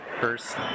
first